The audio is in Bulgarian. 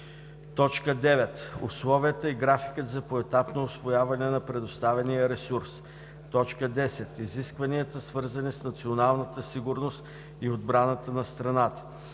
9. условията и графикът за поетапно усвояване на предоставения ресурс; 10. изискванията, свързани с националната сигурност и отбраната на страната;